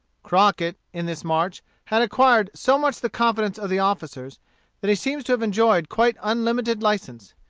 crockett, in this march, had acquired so much the confidence of the officers that he seems to have enjoyed quite unlimited license.